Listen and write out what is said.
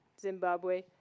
Zimbabwe